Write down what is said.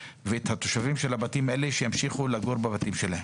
לתושבים של הבתים האלה להמשיך לגור בבתים שלהם.